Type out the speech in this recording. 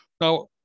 Now